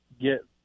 get